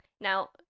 Now